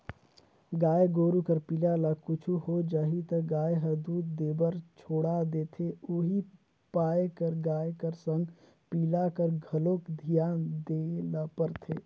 गाय गोरु कर पिला ल कुछु हो जाही त गाय हर दूद देबर छोड़ा देथे उहीं पाय कर गाय कर संग पिला कर घलोक धियान देय ल परथे